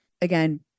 Again